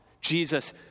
Jesus